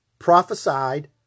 prophesied